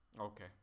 Okay